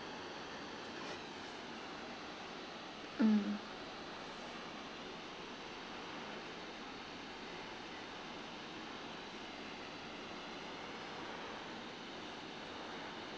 mm